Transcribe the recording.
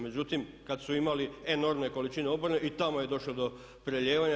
Međutim, kad su imali enormne količine oborina i tamo je došlo do prelijevanja.